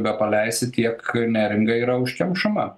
bepaleisi tiek neringa yra užkemšama